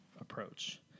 approach